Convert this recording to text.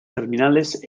terminales